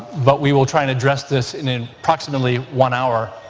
but we will try and address this in in approximately one hour.